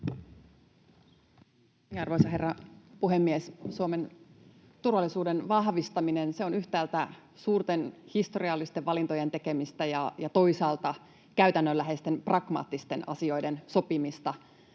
Arvoisa herra puhemies! Suomen turvallisuuden vahvistaminen on yhtäältä suurten historiallisten valintojen tekemistä ja toisaalta käytännönläheisten, pragmaattisten, asioiden sopimista,